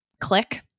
click